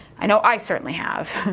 i know i certainly have.